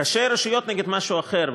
ראשי רשויות נגד משהו אחר,